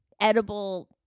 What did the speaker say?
edible